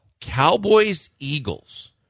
Cowboys-Eagles